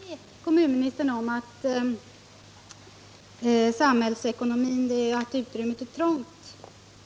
Herr talman! Jag håller inte med kommunministern om att det samhällsekonomiska utrymmet är trångt.